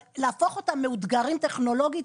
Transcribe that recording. אבל להפוך אותם למאותגרים טכנולוגית,